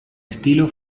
estilo